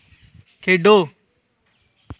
खेढो